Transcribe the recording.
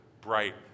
bright